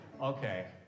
Okay